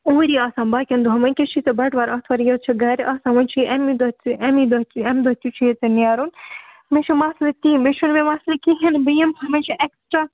اوٗری آسان باقٕیَن دۄہَن وۄنۍ کیٛاہ چھُے ژےٚ بَٹوار آتھوار یٲژ چھَکھ گَرِ آسان وۄنۍ چھُے اَمی دۄہ ژےٚ اَمی دۄہ چھُ اَمی دۄہ تہِ چھُیے ژےٚ نیرُن مےٚ چھُ مسلہٕ تی مےٚ چھُنہٕ بیٚیہِ مسلہٕ کِہیٖنۍ بہٕ یِم ہا مےٚ چھُ اٮ۪کٕسٹرٛا